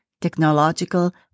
technological